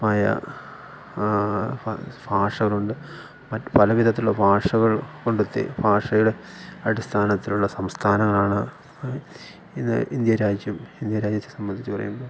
മായ ഫാഷനുണ്ട് മറ്റു പല വിധത്തിലുള്ള ഭാഷകൾ കണ്ടെത്തി ഭാഷകളെ അടിസ്ഥാനത്തിലുള്ള സംസ്ഥാനങ്ങളാണ് ഇത് ഇന്ത്യ രാജ്യം ഇന്ത്യാ രാജ്യത്തെ സംബന്ധിച്ചു പറയുമ്പോ